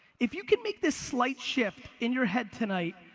if you can make this slight shift in your head tonight,